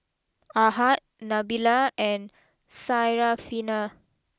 Ahad Nabila and Syarafina